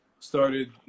Started